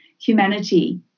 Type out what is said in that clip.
humanity